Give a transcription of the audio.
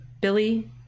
Billy